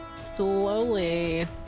slowly